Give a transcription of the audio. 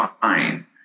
fine